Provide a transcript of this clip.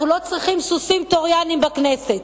אנחנו לא צריכים סוסים טרויאנים בכנסת.